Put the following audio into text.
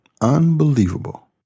unbelievable